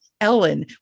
Ellen